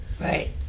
Right